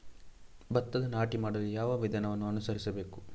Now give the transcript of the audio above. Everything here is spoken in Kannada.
ಭತ್ತದ ನಾಟಿ ಮಾಡಲು ಯಾವ ವಿಧಾನವನ್ನು ಅನುಸರಿಸಬೇಕು?